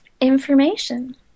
information